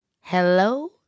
Hello